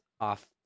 off